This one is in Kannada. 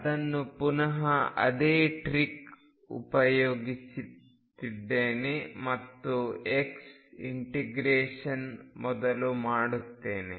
ಅನು ಪುನಹ ಅದೇ ಟ್ರಿಕ್ ಉಪಯೋಗಿಸುತ್ತೇನೆ ಮತ್ತು x ಇಂಟಿಗ್ರೇಷನ್ ಮೊದಲು ಮಾಡುತ್ತೇನೆ